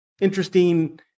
interesting